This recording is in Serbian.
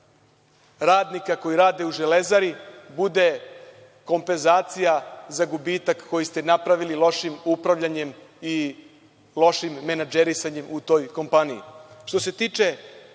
radnika koji rade u „Železari“ bude kompenzacija za gubitak koji ste napravili lošim upravljanjem i lošim menadžerisanjem u toj kompaniji. Što